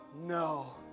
no